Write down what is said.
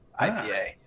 IPA